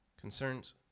Concerns